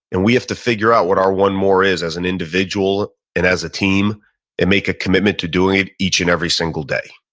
and we have to figure out what our one more is as an individual and as a team and make a commitment to doing it each and every single day.